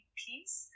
piece